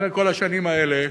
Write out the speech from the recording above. אחרי כל השנים האלה,